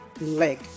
leg